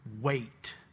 wait